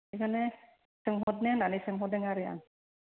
बेखौनो सोंहरनो होननानै सोंहरदों आरो आं